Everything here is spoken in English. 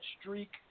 streak